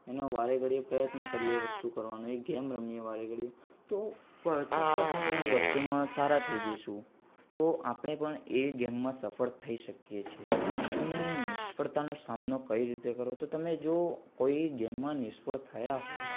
એમાં વારે ઘડી પ્રયત્ન કરીએ એ વસ્તુ કરવાનો એ ગેમ રમીએ વારેઘડીએ તો પ ચોક્કસ આપણે એ વસ્તુમાં સારા થઈ જઈશું તો આપણે પણ એવી ગેમમાં સફળ થઈ શકીએ છીએ અને નિષ્ફળતાનો સામનો કઈ રીતે કરવો તો તમે જોવો કોઈ ગેમમાં નિષ્ફળ થયા હોય